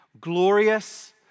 glorious